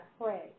pray